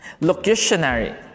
Locutionary